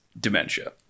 dementia